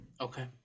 Okay